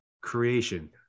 creation